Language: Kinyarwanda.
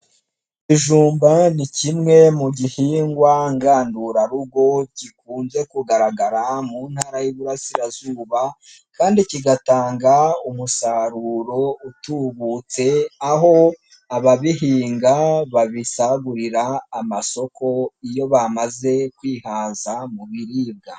Ibijumba ni kimwe mu gihingwa ngandurarugo gikunze kugaragara mu ntara y'iburasirazuba kandi kigatanga umusaruro utubutse aho ababihinga babisagurira amasoko iyo bamaze kwihaza mu biribwa.